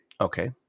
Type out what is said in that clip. Okay